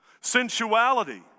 Sensuality